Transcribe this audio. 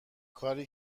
کاری